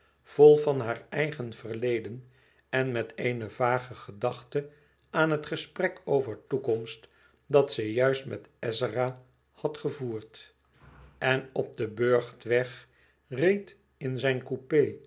vol van haar eigen verleden en met eene vage gedachte aan het gesprek over toekomst dat zij juist met ezzera had gevoerd en op den burchtweg reed in zijn coupé